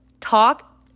talk